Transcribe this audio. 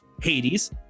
Hades